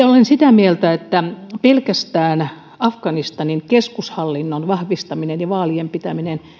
olen sitä mieltä että pelkästään afganistanin keskushallinnon vahvistaminen ja vaalien pitäminen